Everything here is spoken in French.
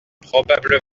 probablement